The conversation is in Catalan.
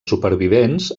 supervivents